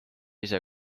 ise